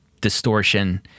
distortion